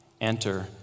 Enter